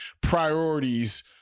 priorities